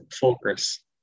focus